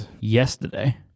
yesterday